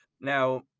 now